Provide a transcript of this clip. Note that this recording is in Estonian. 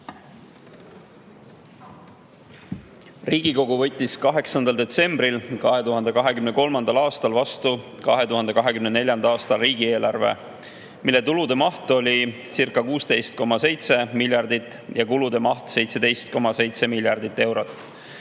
Riigikogu võttis 8. detsembril 2023. aastal vastu 2024. aasta riigieelarve, mille tulude maht olicirca16,7 miljardit ja kulude maht 17,7 miljardit eurot